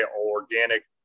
organic